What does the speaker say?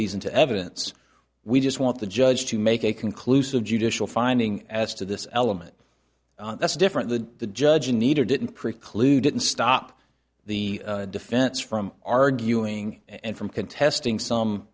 these into evidence we just want the judge to make a conclusive judicial finding as to this element that's different to the judge anita didn't preclude didn't stop the defense from arguing and from contesting some